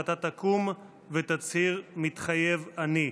ואתה תקום ותצהיר: "מתחייב אני".